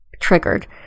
Triggered